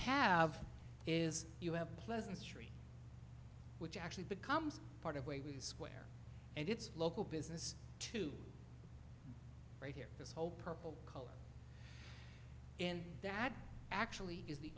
have is you have a pleasant street which actually becomes part of way we use what and it's local business to right here this whole purple color and that actually is the